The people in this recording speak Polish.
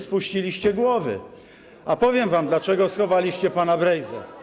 Spuściliście głowy, a powiem wam, dlaczego schowaliście pana Brejzę.